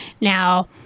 Now